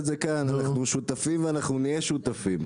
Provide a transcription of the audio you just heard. זה כאן אנחנו שותפים ונהיה שותפים.